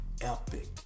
epic